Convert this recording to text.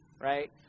right